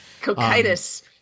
Cocytus